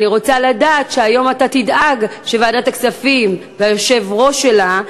אני רוצה לדעת שהיום אתה תדאג שוועדת הכספים והיושב-ראש שלה,